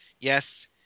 yes